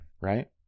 Right